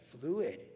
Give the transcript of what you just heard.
fluid